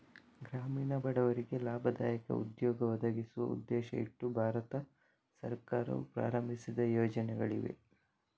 ಗ್ರಾಮೀಣ ಬಡವರಿಗೆ ಲಾಭದಾಯಕ ಉದ್ಯೋಗ ಒದಗಿಸುವ ಉದ್ದೇಶ ಇಟ್ಟು ಭಾರತ ಸರ್ಕಾರವು ಪ್ರಾರಂಭಿಸಿದ ಯೋಜನೆಗಳಿವೆ